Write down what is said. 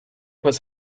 was